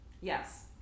yes